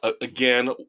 Again